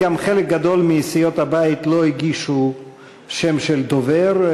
חלק גדול מסיעות הבית לא הגישו שם של דובר,